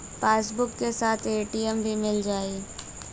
Passbook के साथ ATM भी मील जाई?